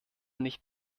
nicht